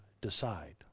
decide